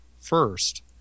first